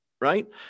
right